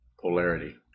polarity